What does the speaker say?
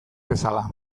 bezala